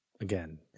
again